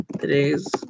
today's